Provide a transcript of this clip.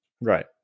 Right